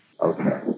Okay